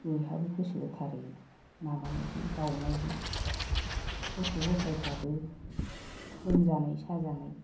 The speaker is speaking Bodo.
बयहाबो गोसो गोथारै माबानायजों बाउनायजों गथ' गथाइफ्राबो लोमजानाय साजानाय